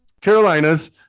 Carolinas